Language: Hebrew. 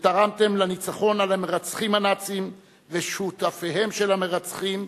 ותרמתם לניצחון על המרצחים הנאצים ושותפיהם של המרצחים,